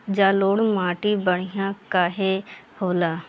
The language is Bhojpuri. जलोड़ माटी बढ़िया काहे होला?